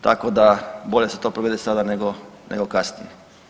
Tako da bolje da se to provede sada nego, nego kasnije.